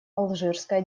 алжирская